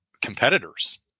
competitors